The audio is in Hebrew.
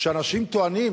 שאנשים טוענים